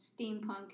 steampunk